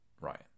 Ryan